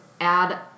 add